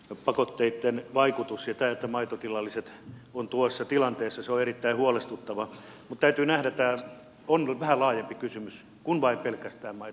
pakotteitten vaikutus ja tämä että maitotilalliset ovat tuossa tilanteessa on erittäin huolestuttavaa mutta täytyy nähdä että tämä on vähän laajempi kysymys kuin vain pelkästään maitosektori